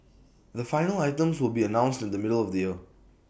the final items will be announced in the middle of the year